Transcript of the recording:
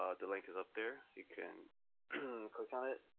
ah the link is up there, you can click on it,